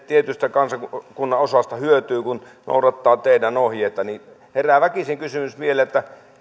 tietystä kansakunnan osasta hyötyy kun noudattaa teidän ohjeitanne herää väkisin kysymys vielä